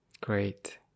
great